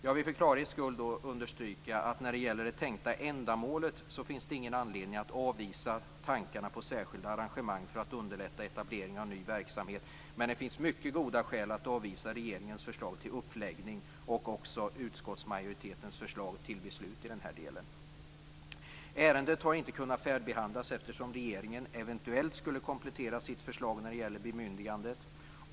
Jag vill för klarhets skull understryka att när det gäller det tänkta ändamålet finns det ingen anledning att avvisa tankarna på särskilda arrangemang för att underlätta etablering av ny verksamhet, men det finns mycket goda skäl att avvisa regeringens förslag till uppläggning och också utskottsmajoritetens förslag till beslut i den här delen. Ärendet har inte kunnat färdigbehandlas eftersom regeringen eventuellt skulle komplettera sitt förslag när det gäller bemyndigandet.